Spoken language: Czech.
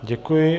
Děkuji.